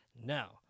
Now